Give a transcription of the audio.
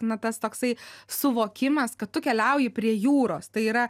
na tas toksai suvokimas kad tu keliauji prie jūros tai yra